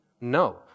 No